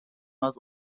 was